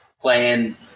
playing